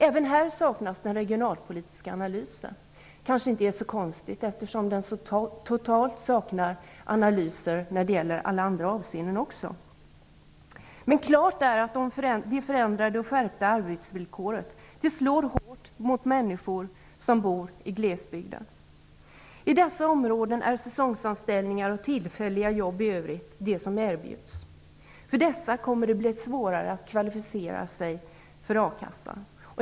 Även här saknas den regionalpolitiska analysen. Det kanske inte är så konstigt, eftersom förslaget saknar analyser också i alla andra avseenden. Men helt klart är att det förändrade och skärpta arbetsvillkoret slår hårt mot människor som bor i glesbygden. I dessa områden är säsongsanställningar och tillfälliga jobb i övrigt vad som erbjuds. För dessa människor kommer det att bli svårare att kvalificera sig för a-kassan.